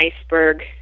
iceberg